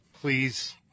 please